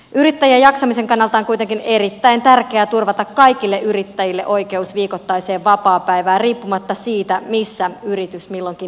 yrittäjän jaksamisen kannalta on kuitenkin erittäin tärkeää turvata kaikille yrittäjille oikeus viikoittaiseen vapaapäivään riippumatta siitä missä yritys milloinkin sijaitsee